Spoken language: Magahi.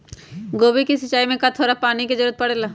गोभी के सिचाई में का थोड़ा थोड़ा पानी के जरूरत परे ला?